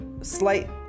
slight